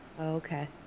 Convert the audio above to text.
okay